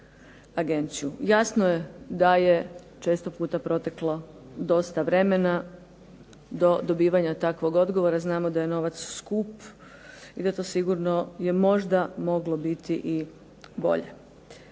Jasno je da je često puta proteklo dosta vremena do dobivanja takvog odgovora. Znamo da je novac skup i da to sigurno je možda moglo biti bolje.